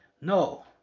No